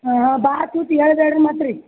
ಹಾಂ ಹಾಂ ಭಾಳ್ ಚ್ಯೂತಿ ಹೇಳ್ಬ್ಯಾಡ್ರಿ ಮತ್ತು ರೀ